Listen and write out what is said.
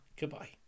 goodbye